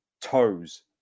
toes